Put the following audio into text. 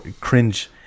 cringe